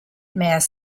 mass